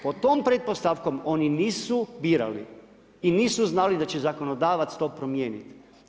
Pod tom pretpostavkom oni nisu birali i nisu znali da će zakonodavac to promijeniti.